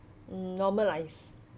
normal ice